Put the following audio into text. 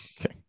Okay